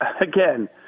again